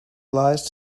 lies